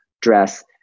dress